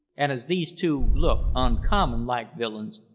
and as these two look uncommon like villains,